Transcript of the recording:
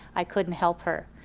i couldn't help her.